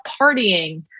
partying